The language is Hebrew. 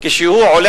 כשהוא עולה